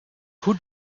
who